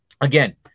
again